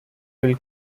will